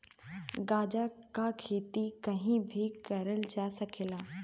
गांजा क खेती कहीं भी करल जा सकला